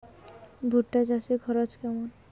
ভুট্টা চাষে খরচ কেমন?